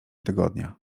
tygodnia